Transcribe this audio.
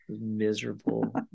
miserable